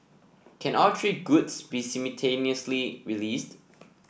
can all three goods be simultaneously realised